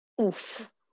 Oof